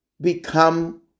Become